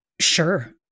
Sure